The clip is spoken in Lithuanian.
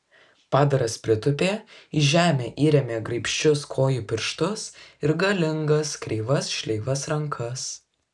padaras pritūpė į žemę įrėmė graibščius kojų pirštus ir galingas kreivas šleivas rankas